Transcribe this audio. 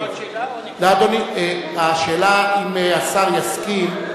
אפשר עוד שאלה, או, אדוני, השאלה אם השר יסכים.